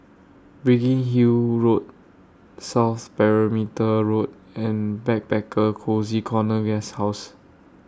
Biggin Hill Road South Perimeter Road and Backpacker Cozy Corner Guesthouse